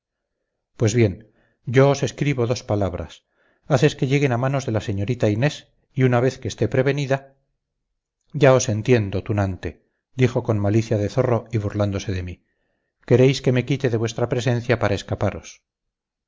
pues bien yo escribo dos palabras haces que lleguen a manos de la señorita inés y una vez que esté prevenida ya os entiendo tunante dijo con malicia de zorro y burlándose de mí queréis que me quite de vuestra presencia para escaparos